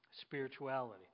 spirituality